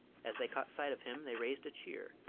as they caught sight of him they raised a cheer,